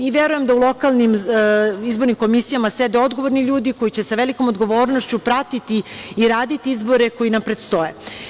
Verujem da u lokalnim izbornim komisijama sede odgovorni ljudi, koji će sa velikom odgovornošću pratiti i raditi izbore koji nam predstoje.